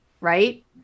right